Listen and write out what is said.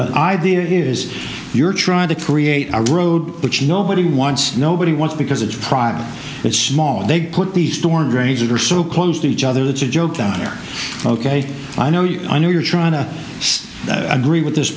the idea is you're trying to create a road which nobody wants nobody wants because it's private it's small they put the storm drains are so close to each other that's a joke down there ok i know you and you're trying to agree with this